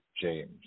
James